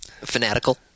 fanatical